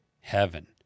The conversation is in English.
Heaven